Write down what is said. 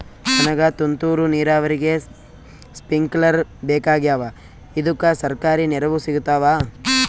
ನನಗ ತುಂತೂರು ನೀರಾವರಿಗೆ ಸ್ಪಿಂಕ್ಲರ ಬೇಕಾಗ್ಯಾವ ಇದುಕ ಸರ್ಕಾರಿ ನೆರವು ಸಿಗತ್ತಾವ?